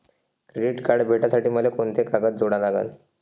Credit card भेटासाठी मले कोंते कागद जोडा लागन?